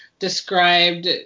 described